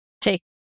take